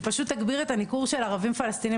היא פשוט תגביר את הניכור של ערבים פלשתינים